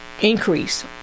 increase